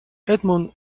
edmund